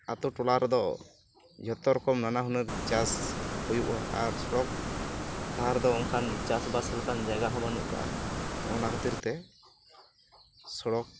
ᱟᱛᱳ ᱴᱚᱞᱟ ᱨᱮᱫᱚ ᱡᱚᱛᱚ ᱨᱚᱠᱚᱢ ᱱᱟᱱᱟ ᱦᱩᱱᱟᱹᱨ ᱪᱟᱥ ᱦᱩᱭᱩᱜᱼᱟ ᱟᱨ ᱥᱚᱲᱚᱠ ᱟᱨ ᱫᱚ ᱚᱝᱠᱟᱱ ᱪᱟᱥ ᱵᱮᱥ ᱞᱮᱠᱟᱱ ᱡᱟᱭᱜᱟ ᱦᱚᱸ ᱵᱟᱱᱩᱜ ᱠᱟᱜᱼᱟ ᱚᱱᱟ ᱠᱷᱟ ᱛᱤᱨ ᱛᱮ ᱥᱚᱲᱚᱠ